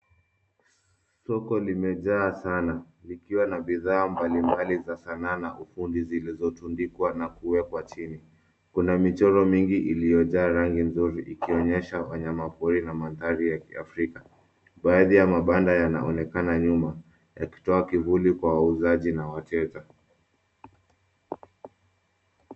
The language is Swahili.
Soko limejaa sana likiwa na bidhaa mbalimbali za sanaa na ufundi zilizotundikwa na kuwekwa chini. Kuna michoro mingi iliyojaa rangi nyingi ikionyesha wanyamapori na mandhari ya kiafrika. Baadhi ya mabanda yanaonekana nyuma, yakitoa kivuli Kwa wauzaji na wateja.